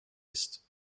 ist